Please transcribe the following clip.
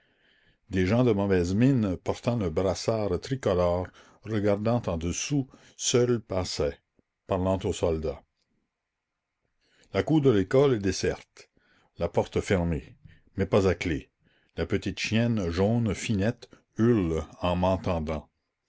des gens de mauvaise mine portant le brassard tricolore regardant en dessous seuls passaient parlant aux soldats la cour de l'école est déserte la porte fermée mais pas à clé la petite chienne jaune finette hurle en m'entendant